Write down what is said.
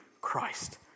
Christ